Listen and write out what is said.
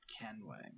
Kenway